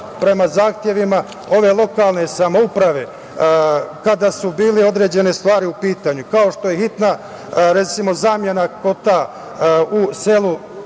prema zahtevima ove lokalne samouprave kada su bile određene stvari u pitanju, kao što je hitna, recimo, zamena kotla u selu